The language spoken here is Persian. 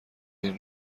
این